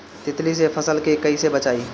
तितली से फसल के कइसे बचाई?